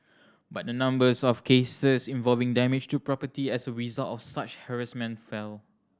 but the numbers of cases involving damage to property as a result of such harassment fell